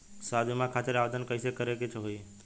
स्वास्थ्य बीमा खातिर आवेदन कइसे करे के होई?